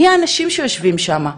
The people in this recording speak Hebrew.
מי האנשים שיושבים שם,